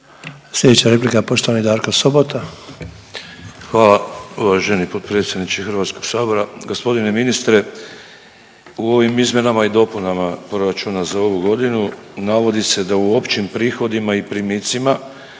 Sljedeća replika poštovani Darko Sobota. **Sobota, Darko (HDZ)** Hvala uvaženi potpredsjedniče Hrvatskog sabora. Gospodine ministre, u ovim izmjenama i dopunama proračuna za ovu godinu navodi se da u općim prihodima i primicima